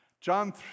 John